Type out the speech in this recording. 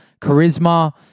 charisma